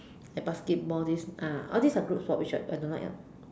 like basketball this ah all this are all group sports which I I don't like ah